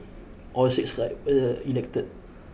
all six clients elected